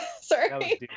sorry